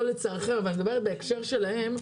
לא לצערכם, אבל אני מדברת בהקשר שלהם.